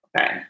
Okay